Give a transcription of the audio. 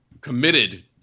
committed